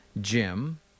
jim